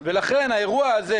לכן האירוע הזה,